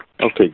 Okay